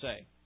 say